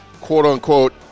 quote-unquote